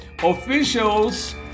Officials